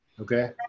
okay